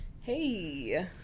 hey